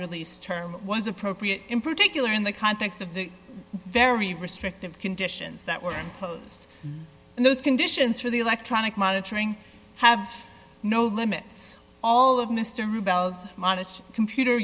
release term was appropriate in particular in the context of the very restrictive conditions that were imposed in those conditions for the electronic monitoring have no limits all of mr